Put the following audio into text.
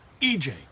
EJ